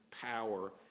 power